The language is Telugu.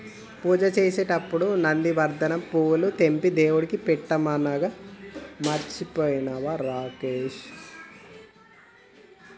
పూజ చేసేటప్పుడు నందివర్ధనం పూలు తెంపి దేవుడికి పెట్టమన్నానుగా మర్చిపోయినవా రాకేష్